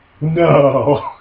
No